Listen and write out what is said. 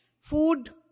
food